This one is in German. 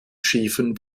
schiefen